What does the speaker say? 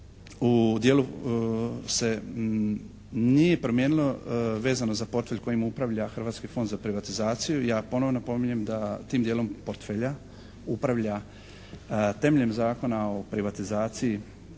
u dijelu se nije promijenilo vezano za portfelj kojim upravlja Hrvatski fond za privatizaciju. Ja ponovo napominjem da tim dijelom portfelja upravlja temeljem Zakona o privatizaciji